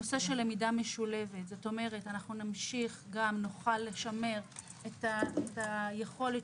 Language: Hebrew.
למידה משולבת נוכל לשמר את היכולת